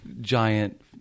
giant